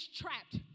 trapped